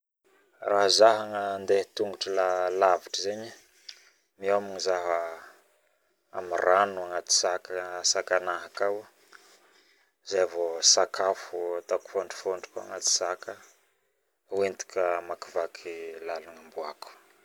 Raha zaho andeha ttpngotro lavitra zaigny miomagna zaho amin'ny rano agnatisakanahy akao zai vao sakafo ataoko fotrifotry koa agnaty saka hoentiko hamakivaky lalagna imboako